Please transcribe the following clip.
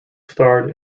starred